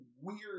weird